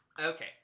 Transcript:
Okay